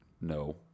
no